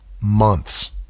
months